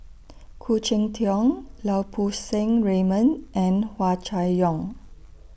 Khoo Cheng Tiong Lau Poo Seng Raymond and Hua Chai Yong